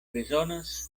bezonas